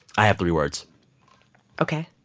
i have three words ok